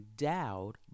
endowed